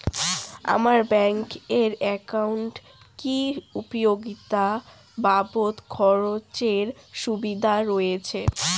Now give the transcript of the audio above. আমার ব্যাংক এর একাউন্টে কি উপযোগিতা বাবদ খরচের সুবিধা রয়েছে?